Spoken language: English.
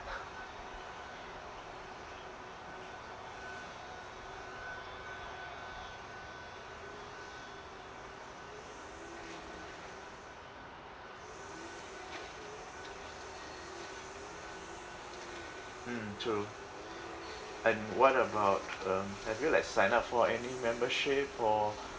mm true and what about um have you like signed up for any membership or